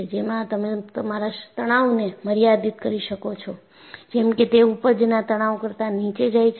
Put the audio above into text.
જેમાં તમે તમારા તણાવને મર્યાદિત કરી શકો છો જેમ કે તે ઊપજના તણાવ કરતાં નીચે જાય છે